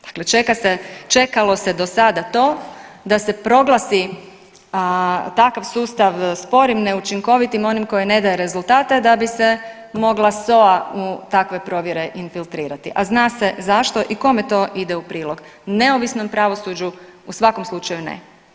Dakle čeka se, čekalo se do sada to da se proglasi takav sustav sporim, neučinkovitim, onim koji ne daje rezultate da bi se mogla SOA u takve provjere infiltrirati, a zna se zašto i kome to ide u prilog neovisnom pravosuđu u svakom slučaju ne.